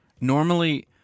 Normally